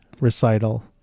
recital